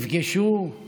ונפגשו